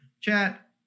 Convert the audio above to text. chat